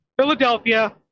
Philadelphia